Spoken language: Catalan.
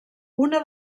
una